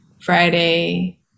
Friday